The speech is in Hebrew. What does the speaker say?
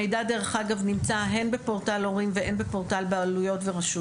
המידע דרך אגב נמצא הן בפורטל הורים ואין בפורטל בעלויות ורשויות.